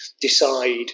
decide